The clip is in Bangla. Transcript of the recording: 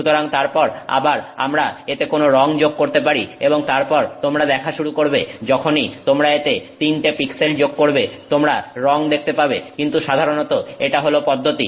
সুতরাং তারপর আবার আমরা এতে কোন রং যোগ করতে পারি এবং তারপর তোমরা দেখা শুরু করবে যখনই তোমরা এতে 3 টে পিক্সেল যোগ করবে তোমরা রং দেখতে পাবে কিন্তু সাধারণত এটা হল পদ্ধতি